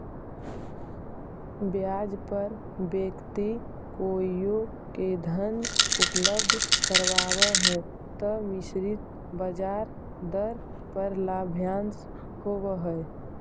ब्याज पर व्यक्ति कोइओ के धन उपलब्ध करावऽ हई त निश्चित ब्याज दर पर लाभांश होवऽ हई